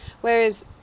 Whereas